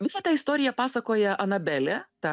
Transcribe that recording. visą tą istoriją pasakoja anabelė ta